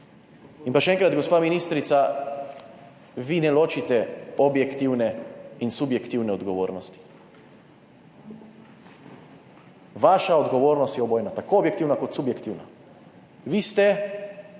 In pa še enkrat, gospa ministrica, vi ne ločite objektivne in subjektivne odgovornosti. Vaša odgovornost je obojna, tako objektivna kot subjektivna. Vi ste objektivno